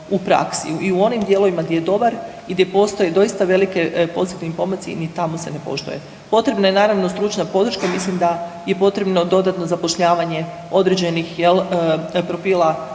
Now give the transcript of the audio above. u praksi i u onim dijelovima gdje je dobar i gdje postoje doista veliki pozitivni pomaci ni tamo se ne poštuje. Potrebna je naravno stručna podrška, mislim da je potrebno dodatno zapošljavanje određenih jel profila